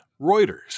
Reuters